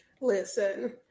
Listen